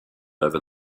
over